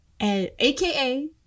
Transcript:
Aka